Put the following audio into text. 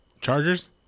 Chargers